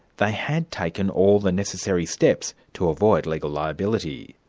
they had taken all the necessary steps to avoid legal liability.